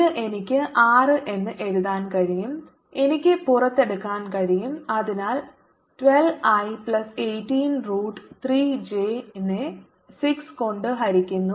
ഇത് എനിക്ക് 6 എന്ന് എഴുതാൻ കഴിയും എനിക്ക് പുറത്തെടുക്കാൻ കഴിയും അതിനാൽ 12 i പ്ലസ് 18 റൂട്ട് 3 j നെ 6 കൊണ്ട് ഹരിക്കുന്നു